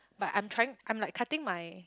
but I am trying I am like cutting my